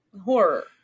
Horror